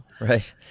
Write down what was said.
Right